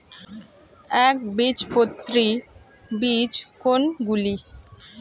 একবীজপত্রী বীজ কোন গুলি?